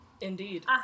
Indeed